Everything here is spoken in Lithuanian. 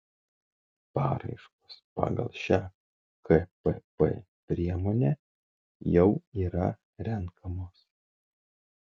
paraiškos pagal šią kpp priemonę jau yra renkamos